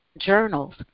journals